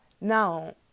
now